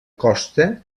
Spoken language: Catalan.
costa